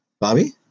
Bobby